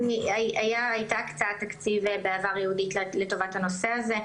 הייתה הקצאת תקציב בעבר ייעודית לטובת הנושא הזה.